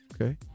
okay